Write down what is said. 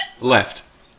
Left